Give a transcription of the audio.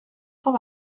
cent